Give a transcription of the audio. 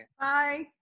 Bye